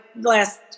last